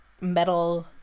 metal